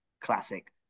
classic